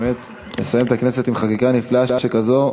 באמת, לסיים את הכנסת עם חקיקה נפלאה שכזאת,